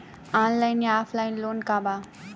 Online या offline loan का बा?